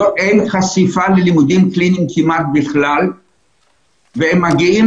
כמעט ובכלל אין חשיפה ללימודים קליניים והם מגיעים